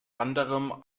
anderem